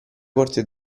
corte